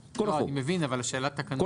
לא, אני מבין, אבל השאלה היא איזה תקנות?